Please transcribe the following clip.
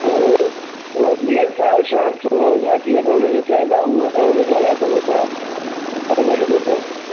और मिलनसार शांति सुभाव जा जीअं तव्हां उनखे चायो था हूअं तव्हां उनखे हलाए सघो था तव्हां वॾनि अ ख